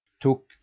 took